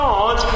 God